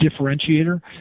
differentiator